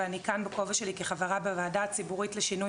ואני כאן בכובע שלי כחברה בוועדה הציבורית לשינוי